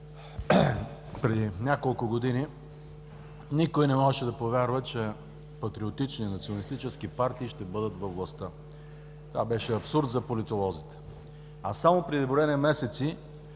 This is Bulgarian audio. Преди няколко години никой не можеше да повярва, че патриотични, националистически партии ще бъдат във властта. Това беше абсурд за политолозите. А само преди броени месеци